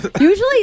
usually